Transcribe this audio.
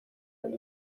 and